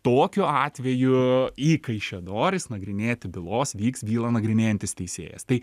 tokiu atveju į kaišiadoris nagrinėti bylos vyks bylą nagrinėjantis teisėjas tai